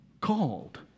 called